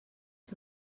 que